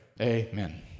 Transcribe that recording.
Amen